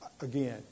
again